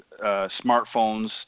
smartphones